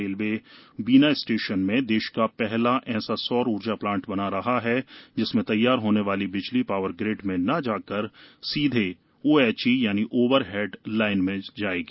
railway Bina station में देश का पहला ऐसा सौर ऊर्जा प्लांट बना रहा है जिसमें तैयार होने वाली बिजली पावर ग्रिड में न जाकर सीधे ओएचई यानी ओवर हेड लाइन में आएगी